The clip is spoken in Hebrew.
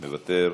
מוותר.